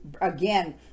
again